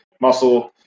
muscle